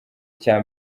icya